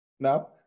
No